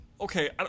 Okay